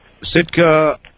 Sitka